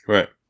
Right